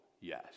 Yes